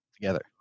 together